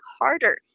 harder